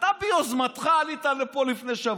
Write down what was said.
אתה ביוזמתך עלית לפה לפני שבוע,